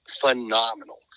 phenomenal